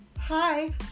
Hi